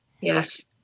Yes